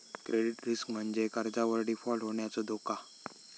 credit risk म्हणजे कर्जावर default होण्याचो धोका